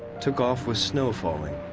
took off with snow falling.